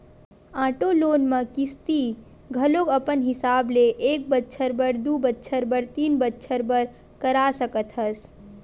auto loan म किस्ती घलो अपन हिसाब ले एक बछर बर, दू बछर बर, तीन बछर बर करा सकत हस